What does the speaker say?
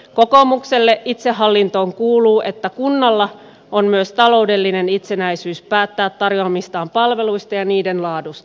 kokoomukselle itsehallintoon kuuluu että kunnalla on myös taloudellinen itsenäisyys päättää tarjoamistaan palveluista ja niiden laadusta